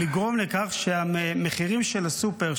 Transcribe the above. ולגרום לכך שהמחירים של הסופר,